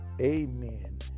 Amen